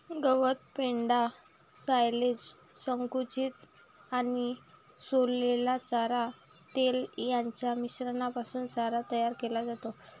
गवत, पेंढा, सायलेज, संकुचित आणि सोललेला चारा, तेल यांच्या मिश्रणापासून चारा तयार केला जातो